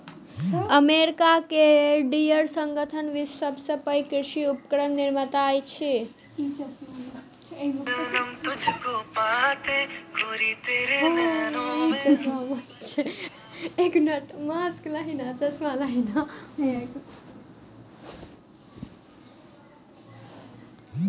America के Deere संगठन विश्वक सभ सॅ पैघ कृषि उपकरण निर्माता अछि